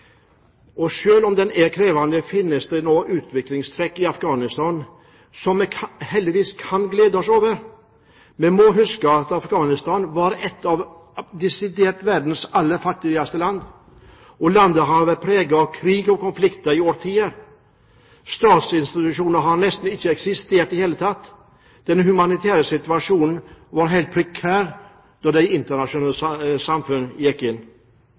om den er krevende, finnes det nå utviklingstrekk i Afghanistan som vi heldigvis kan glede oss over. Vi må huske på at Afghanistan desidert var et av verdens aller fattigste land. Landet har vært preget av krig og konflikter i årtier. Statsinstitusjoner har nesten ikke eksistert i det hele tatt. Den humanitære situasjonen var helt prekær da det internasjonale samfunn gikk inn.